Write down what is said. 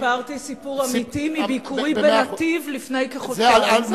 אני סיפרתי סיפור אמיתי מביקורי ב"נתיב" לפני כחודשיים,